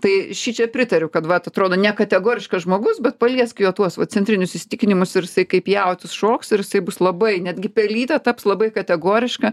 tai šičia pritariu kad vat atrodo ne kategoriškas žmogus bet paliesk jo tuos centrinius įsitikinimus ir jisai kaip jautis šoks ir taip bus labai netgi pelytė taps labai kategoriška